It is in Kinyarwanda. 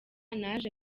naje